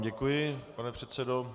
Děkuji vám, pane předsedo.